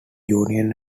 union